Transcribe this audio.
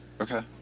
okay